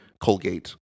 Colgate